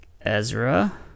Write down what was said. Ezra